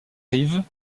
rives